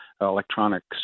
electronics